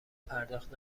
پرداخت